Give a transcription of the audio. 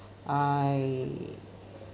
I